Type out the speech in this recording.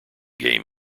game